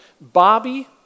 Bobby